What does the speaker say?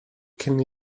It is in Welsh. cyn